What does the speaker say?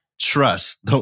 trust